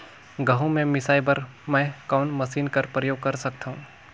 गहूं के मिसाई बर मै कोन मशीन कर प्रयोग कर सकधव?